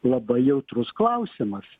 labai jautrus klausimas